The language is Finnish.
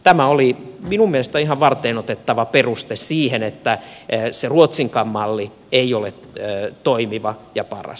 tämä oli minun mielestäni ihan varteenotettava peruste siihen että se ruotsinkaan malli ei ole toimiva ja paras